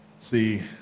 See